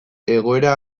egoera